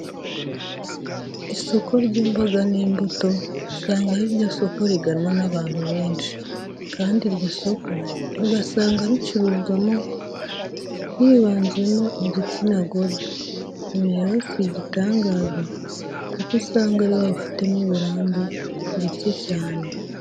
Isoko ry'imboga n'imbuto, usanga ari ryo soko riganwa n'abantu benshi kandi iryo soko ugasanga ricuruzwamo, hibanzemo igitsina gore, ibyo si igitangaza kuko usanga ari bo babifitemo uburambe ndetse cyane.